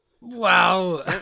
Wow